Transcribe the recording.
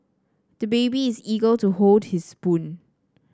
the baby is eager to hold his spoon